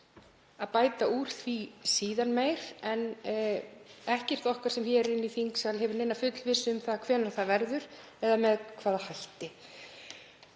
að bæta úr því síðar meir en ekkert okkar sem erum inni í þingsal hefur neina fullvissu um hvenær það verður eða með hvaða hætti.